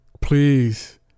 please